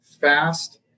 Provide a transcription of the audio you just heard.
fast